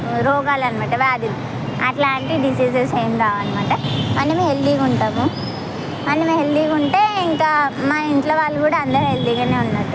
రోగాలనమాట వ్యాధులు అట్లాంటి డిసీజెస్ ఏం రావనమాట మనమే హెల్తీగా ఉంటాము మనమే హెల్తీగా ఉంటే ఇంకా మన ఇంట్లో వాళ్ళు కూడా అందరూ హెల్తీగనే ఉన్నట్టు